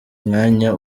mwanya